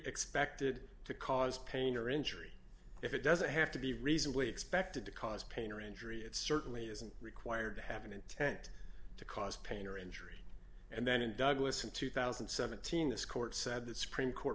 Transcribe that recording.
expected to cause pain or injury if it doesn't have to be reasonably expected to cause pain or injury it certainly isn't required to have an intent to cause pain or injury and then in douglas in two thousand and seventeen this court said the supreme court